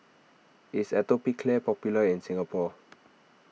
is Atopiclair popular in Singapore